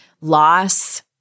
loss